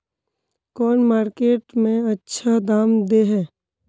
कौन मार्केट में अच्छा दाम दे है?